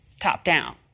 top-down